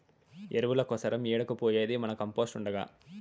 ఎరువుల కోసరం ఏడకు పోయేది మన కంపోస్ట్ ఉండగా